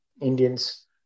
Indians